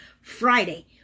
Friday –